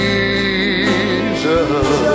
Jesus